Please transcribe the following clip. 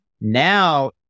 Now